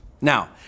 Now